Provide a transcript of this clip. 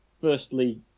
firstly